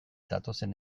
datozen